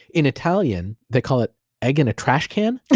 in italian, they call it egg in a trashcan